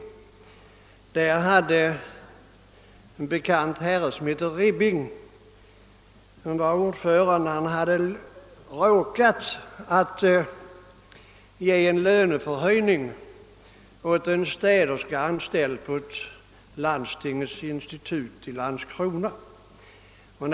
Ordföranden där, en bekant herre som hette Billing, hade råkat ge en löneförhöjning åt en städerska, anställd på landstingets institut i Landskrona, men blev kritiserad härför.